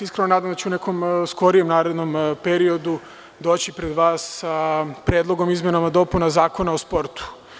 Iskreno se nadam da ću u nekom skorijem narednom periodu doći pred vas sa predlogom izmena i dopuna Zakona o sportu.